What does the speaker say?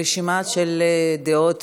הרשימה של דעות